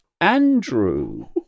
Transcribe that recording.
Andrew